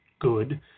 good